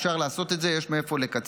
אפשר לעשות את זה, יש מאיפה לקצץ.